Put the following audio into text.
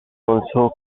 also